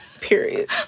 Period